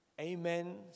Amen